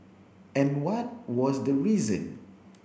and what was the reason